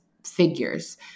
figures